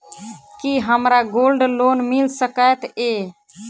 की हमरा gold loan मिल सकैत ये?